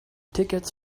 tickets